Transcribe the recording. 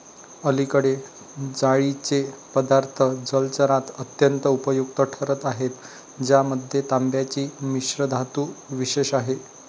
अलीकडे जाळीचे पदार्थ जलचरात अत्यंत उपयुक्त ठरत आहेत ज्यामध्ये तांब्याची मिश्रधातू विशेष आहे